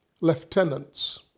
lieutenants